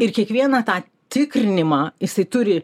ir kiekvieną tą tikrinimą jisai turi